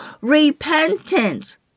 repentance